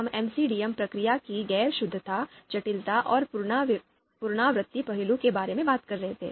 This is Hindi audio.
हम एमसीडीएम प्रक्रिया की गैर शुद्धता जटिलता और पुनरावृत्ति पहलू के बारे में बात कर रहे थे